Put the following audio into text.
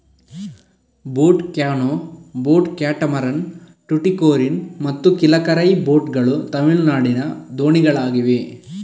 boat canoe, boat catamaran, Tuticorin ಮತ್ತು Kilakarai boat ಗಳು ತಮಿಳುನಾಡಿನ ದೋಣಿಗಳಾಗಿವೆ